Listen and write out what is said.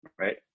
right